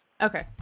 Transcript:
Okay